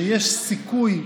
שיש סיכוי,